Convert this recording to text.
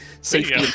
safety